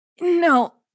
No